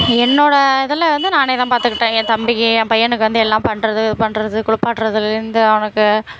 என்னோடய இதில் வந்து நானே தான் பார்த்துக்கிட்டேன் என் தம்பிக்கு என் பையனுக்கு வந்து எல்லாம் பண்ணுறது இது பண்ணுறது குளிப்பாட்றதுலேந்து அவனுக்கு